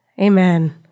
Amen